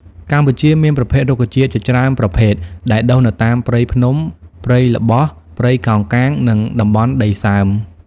កម្ពុជាមានប្រភេទរុក្ខជាតិជាច្រើនប្រភេទដែលដុះនៅតាមព្រៃភ្នំ ព្រៃល្បោះ ព្រៃកោងកាង និងតំបន់ដីសើម។